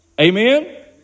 Amen